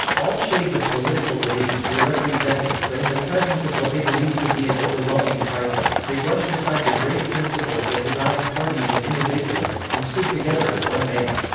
all shades of political beliefs were represented but in the presence of what they believed to be an overwhelming crisis, they brushed aside the great principles that divide parties and individuals, and stood together as one man.